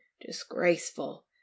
Disgraceful